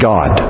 God